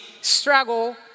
struggle